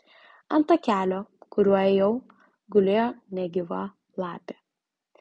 ant takelio kuriuo ėjau gulėjo negyva lapė